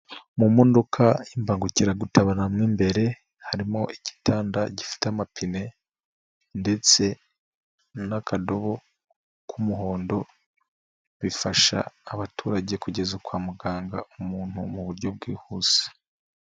Mu modoka y'imbangukiragutaba hamwe imbere harimo igitanda gifite amapine ndetse n'akadobo k'umuhondo, bifasha abaturage kugeza kwa muganga umuntu mu buryo bwihuse.